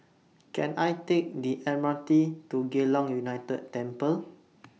Can I Take The M R T to Geylang United Temple